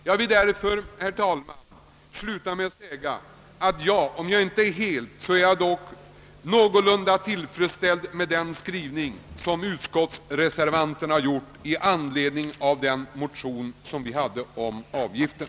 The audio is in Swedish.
Jag vill därför, herr talman, sluta med att säga att jag är om inte helt så dock någorlunda tillfredsställd med den skrivning som utskottsreservanterna har gjort i anledning av vår motion om avgiften.